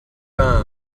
phone